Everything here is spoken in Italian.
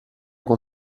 con